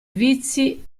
vizi